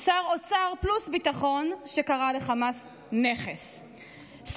שר אוצר פלוס ביטחון שקרא לחמאס "נכס"; שר